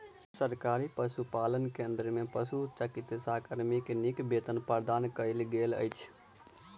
सरकारी पशुपालन केंद्र में पशुचिकित्सा कर्मी के नीक वेतन प्रदान कयल गेल अछि